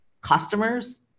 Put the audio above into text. customers